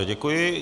Děkuji.